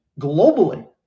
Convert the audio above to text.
globally